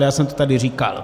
Já jsem to tady říkal.